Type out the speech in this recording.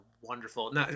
wonderful